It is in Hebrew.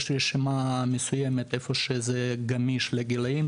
יש רשימה מסוימת איפה שזה גמיש לגילאים,